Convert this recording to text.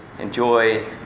enjoy